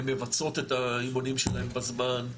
הן מבצעות את האימונים שלהם בזמן,